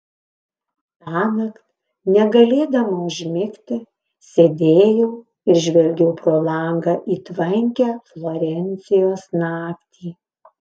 tąnakt negalėdama užmigti sėdėjau ir žvelgiau pro langą į tvankią florencijos naktį